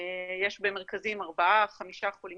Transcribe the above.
יש במרכזים ארבעה-חמישה חולים.